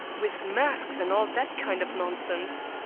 with masks and all that kind of nonsense.